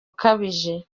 ukabije